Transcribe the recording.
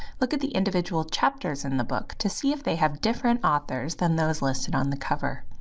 look at the individual chapters in the book to see if they have different authors than those listed on the cover.